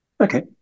Okay